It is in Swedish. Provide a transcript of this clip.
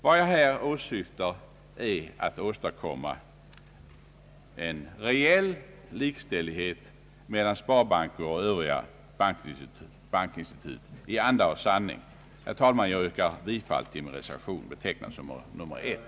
Vad jag åsyftar är att åstadkomma en reell likställighet mellan sparbanker och övriga bankinstitut i anda och sanning. Herr talman! Jag yrkar bifall till min reservation nr 1.